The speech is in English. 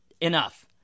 Enough